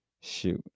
Shoot